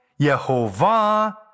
Yehovah